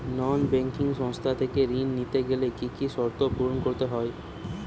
নন banking সংস্থা থেকে ঋণ নিতে গেলে কি কি শর্ত পূরণ করতে হয়?